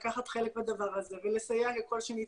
לקחת חלק בדבר הזה ולסייע ככל שניתן.